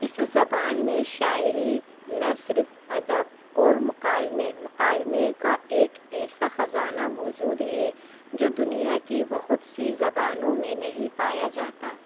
اس زبان میں شاعری نثر ادب اور مقالے مکالمے کا ایک ایسا خزانہ موجود ہے جو دنیا کی بہت سی زبانوں میں نہیں پایا جاتا